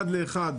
אחד לאחד